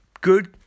good